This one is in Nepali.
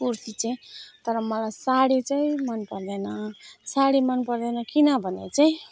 कुर्ती चाहिँ तर मलाई साडी चाहिँ मनपर्दैन साडी मनपर्दैन किनभने चाहिँ